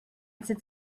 sits